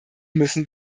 müssen